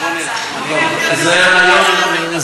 זה רעיון מעניין,